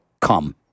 Come